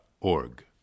org